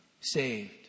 saved